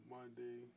Monday